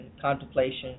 contemplation